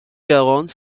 garonne